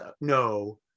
no